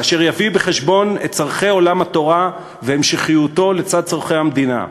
ואשר יביא בחשבון את צורכי עולם התורה והמשכיותו לצד צורכי המדינה,